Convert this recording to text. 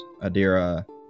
Adira